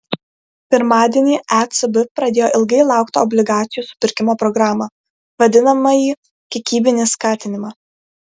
pirmadienį ecb pradėjo ilgai lauktą obligacijų supirkimo programą vadinamąjį kiekybinį skatinimą